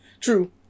True